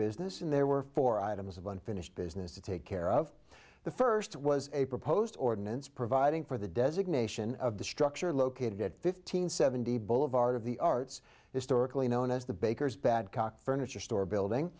business and there were four items of unfinished business to take care of the first was a proposed ordinance providing for the designation of the structure located at fifteen seventy boulevard of the arts historically known as the baker's badcock furniture store building